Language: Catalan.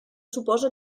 suposa